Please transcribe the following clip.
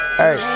hey